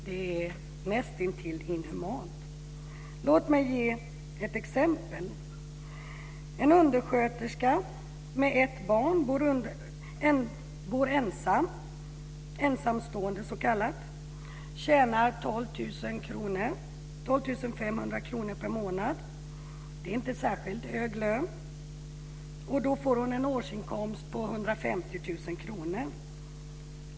Det är nästintill inhumant. Låt mig ge ett exempel. En undersköterska med ett barn bor ensam, en s.k. ensamstående, och tjänar 12 500 kr per månad. Det är ingen särskilt hög lön. Då får hon en årsinkomst på 150 000 kr.